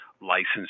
licensed